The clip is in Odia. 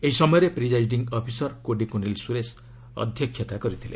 ଏହି ସମୟରେ ପ୍ରିକାଇଡିଂ ଅଫିସର୍ କୋଡ଼ିକୁନିଲ୍ ସୁରେଶ ଅଧ୍ୟକ୍ଷତା କରିଥିଲେ